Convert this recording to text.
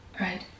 right